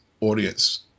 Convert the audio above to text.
audience